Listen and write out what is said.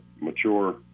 mature